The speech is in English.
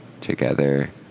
Together